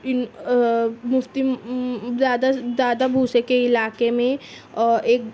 ان مفتی دادا دادا بھوسے کے علاقے میں ایک